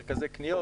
מרכזי קניות.